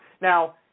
Now